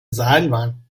seilbahn